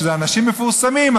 שזה אנשים מפורסמים,